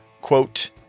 quote